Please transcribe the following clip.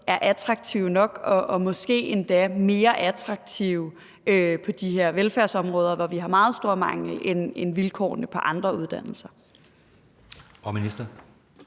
er attraktive nok og måske endda mere attraktive på de her velfærdsområder, hvor vi har meget stor mangel, end vilkårene på andre uddannelser. Kl.